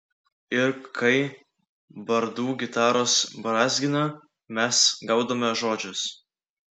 ir kai bardų gitaros brązgina mes gaudome žodžius